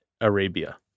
Arabia